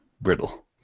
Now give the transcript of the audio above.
brittle